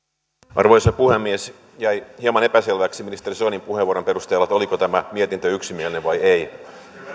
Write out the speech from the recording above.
arvoisa puhemies jäi hieman epäselväksi ministeri soinin puheenvuoron perusteella oliko tämä mietintö yksimielinen vai ei